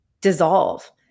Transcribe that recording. dissolve